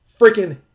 freaking